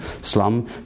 slum